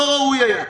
לא ראוי היה.